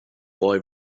boy